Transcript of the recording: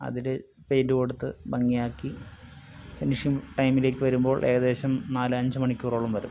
അതിൽ പെയിൻ്റ് കൊടുത്ത് ഭംഗിയാക്കി ഫിനിഷിംഗ് ടൈമിലേക്ക് വരുമ്പോൾ ഏകദേശം നാല് അഞ്ചു മണിക്കൂറോളം വരും